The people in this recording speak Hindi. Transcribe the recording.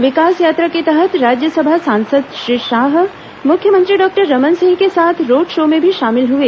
विकास यात्रा के तहत राज्यसभा सांसद श्री शाह मुख्यमंत्री डॉक्टर रमन सिंह के साथ रोड शो में भी शामिल हए